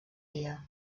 dia